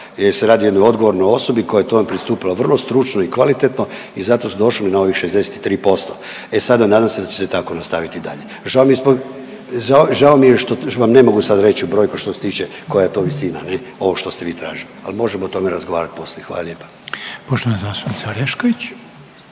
se radi o jednoj odgovornoj osobi koja je tom pristupila vrlo stručno i kvalitetno i zato su došli na ovih 63%. E sada nadam se da će se tako nastaviti i dalje. Žao mi je zbog, žao mi je što vam ne mogu sad reć u brojku što se tiče koja je to visina ne ovo što ste vi tražili, al možemo o tome razgovarat poslije, hvala lijepa. **Reiner, Željko